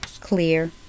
clear